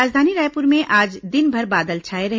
राजधानी रायपुर में आज दिनभर बादल छाए रहे